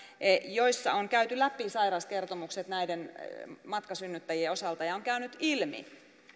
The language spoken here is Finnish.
joissa on käyty läpi sairaskertomukset näiden matkasynnyttäjien osalta on on käynyt ilmi